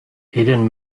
eden